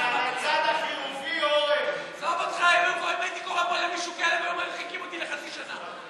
אם הייתי קורא למישהו כלב היו מרחיקים אותי לחצי שנה.